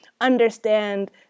understand